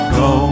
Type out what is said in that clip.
go